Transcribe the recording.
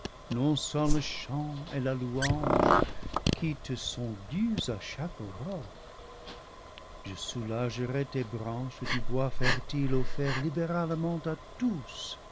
sans le chant et la louange qui te sont dus à chaque aurore je soulagerai tes branches du poids fertile offert libéralement à tous